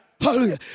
Hallelujah